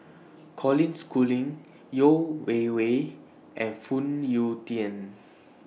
Colin Schooling Yeo Wei Wei and Phoon Yew Tien